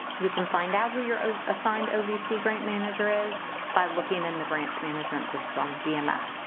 you can find out who your assigned ovc grant manager is by looking in the grants management system, gms.